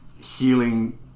healing